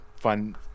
fun